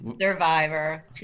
survivor